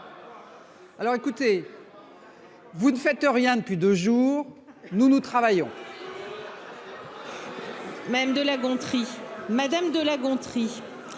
Alors écoutez. Vous ne faites rien depuis deux jours, nous nous travaillons. Madame de La Gontrie. Madame de La Gontrie.